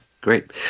great